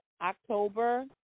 October